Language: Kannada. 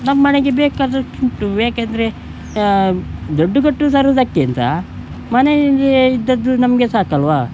ನಮ್ಮನೆಗೆ ಬೇಕಾದದ್ದುಂಟು ಏಕೆಂದರೆ ದುಡ್ಡು ಕೊಟ್ಟು ತರುವುದಕ್ಕಿಂತ ಮನೆಯಲ್ಲಿಯೇ ಇದ್ದದ್ದು ನಮಗೆ ಸಾಕಲ್ವ